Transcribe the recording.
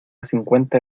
cincuenta